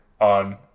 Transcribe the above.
on